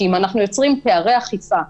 כי אם אנחנו יוצרים פערי אכיפה מראש,